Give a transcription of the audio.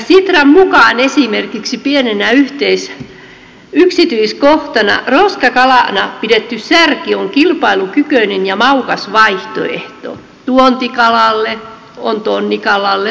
sitran mukaan pienenä yksityiskohtana esimerkiksi roskakalana pidetty särki on kilpailukykyinen ja maukas vaihtoehto tuontikalalle tonnikalalle tai lohelle